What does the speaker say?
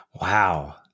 Wow